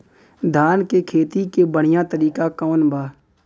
धान के खेती के बढ़ियां तरीका कवन बा?